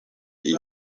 iyi